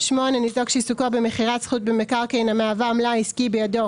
ניזוק שעיסוקו במכירת זכות במקרקעין המהווה מלאי עסקי בידו